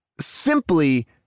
simply